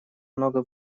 много